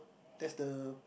that's the